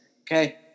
Okay